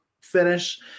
finish –